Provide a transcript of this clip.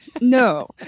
No